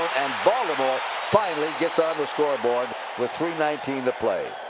and baltimore finally gets on the scoreboard with three nineteen to play.